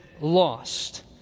lost